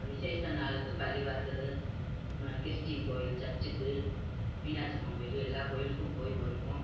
விசேஷ நாளுக்கு பள்ளிவாசலு ம கிறிஸ்டின் கோயில் சர்ச்சிக்கு மீனாட்சி அம்மங்கோயிலு எல்லா கோயிலுக்கும் போய் வருவோம்